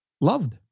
loved